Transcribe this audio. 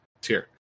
tier